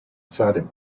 fatima